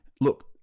Look